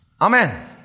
Amen